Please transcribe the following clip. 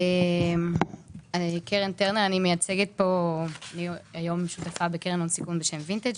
אני שותפה היום בקרן הון סיכון בשם וינטג',